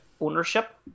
ownership